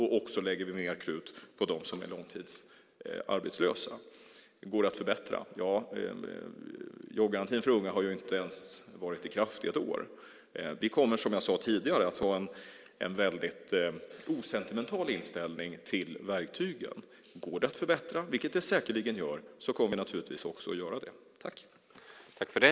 Vi lägger också mer krut på dem som är långtidsarbetslösa. Det går att förbättra. Jobbgarantin för unga har inte ens varit i kraft i ett år. Vi kommer, som jag sade tidigare, att ha en väldigt osentimental inställning till verktygen. Går det att förbättra, vilket det säkerligen gör, kommer vi naturligtvis också att göra det.